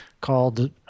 called